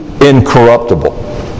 incorruptible